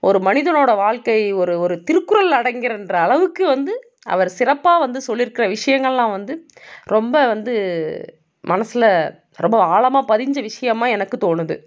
ஒரு மனிதனோட வாழ்க்கை ஒரு ஒரு திருக்குறளில் அடங்கிரும்கிற அளவுக்கு வந்து அவர் சிறப்பாக வந்து சொல்லிருக்கிற விஷயங்களெலாம் வந்து ரொம்ப வந்து மனசில் ரொம்ப ஆழமாக பதிஞ்சு விஷயமா எனக்கு தோணுது